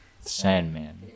Sandman